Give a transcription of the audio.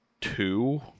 two